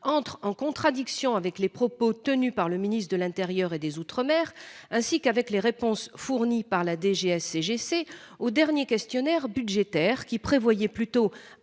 entre en contradiction avec les propos tenus par le ministre de l'intérieur et des outre-mer, ainsi qu'avec les réponses fournies par la DGSCGC aux derniers questionnaires budgétaires. En effet, il était plutôt